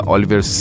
Oliver